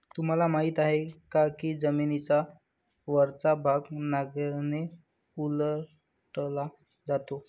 तुम्हाला माहीत आहे का की जमिनीचा वरचा भाग नांगराने उलटला जातो?